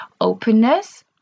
openness